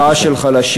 הצעה של חלשים,